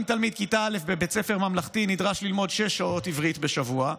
אם תלמיד כיתה א' בבית ספר ממלכתי נדרש ללמוד שש שעות עברית בשבוע,